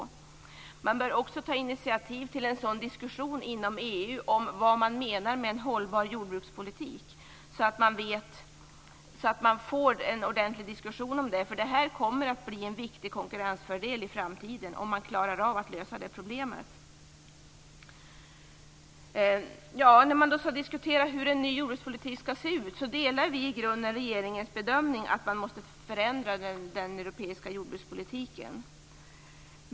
Regeringen bör också ta initiativ till en diskussion inom EU om vad som menas med en hållbar jordbrukspolitik, så att man får en ordentlig diskussion om detta, eftersom det i framtiden kommer att bli en viktig konkurrensfördel om man klarar av att lösa detta problem. När man skall diskutera hur en ny jordbrukspolitik skall se ut, delar vi i grunden regeringens bedömning att man måste förändra den europeiska jordbrukspolitiken.